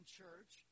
church